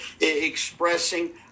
expressing